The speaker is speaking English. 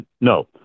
No